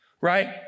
right